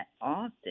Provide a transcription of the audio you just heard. often